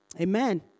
Amen